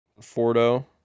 Fordo